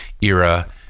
era